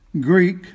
Greek